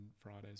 Fridays